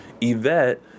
Yvette